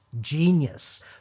genius